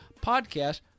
podcast